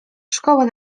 szkołę